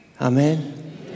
Amen